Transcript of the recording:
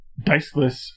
diceless